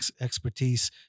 expertise